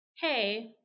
hey